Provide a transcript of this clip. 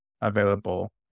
available